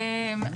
ממשרד החינוך?